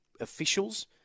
officials